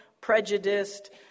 prejudiced